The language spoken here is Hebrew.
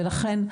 ולכן,